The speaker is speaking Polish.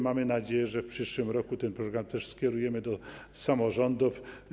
Mamy nadzieję, że w przyszłym roku ten program skierujemy do samorządów.